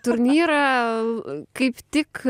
turnyrą kaip tik